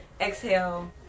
exhale